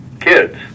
kids